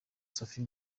safi